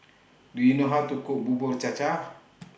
Do YOU know How to Cook Bubur Cha Cha